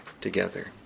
together